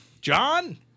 John